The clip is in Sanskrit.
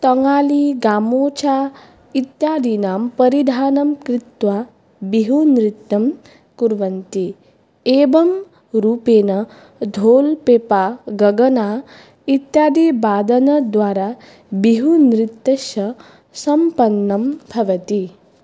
तङ्गाली गामोछा इत्यादीनां परिधानं कृत्वा बिहूनृत्यं कुर्वन्ति एवं रूपेण धोल्पेपा गगना इत्यादिवादनद्वारा बिहूनृत्यस्य सम्पन्नं भवति